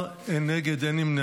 בעד, 14, אין נגד, אין נמנעים.